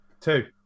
Two